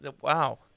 Wow